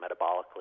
metabolically